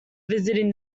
visiting